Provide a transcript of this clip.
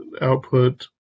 output